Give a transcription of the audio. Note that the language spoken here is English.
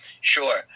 Sure